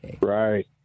Right